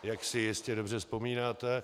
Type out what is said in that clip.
Jak si jistě dobře vzpomínáte.